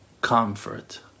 comfort